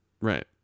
Right